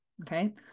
okay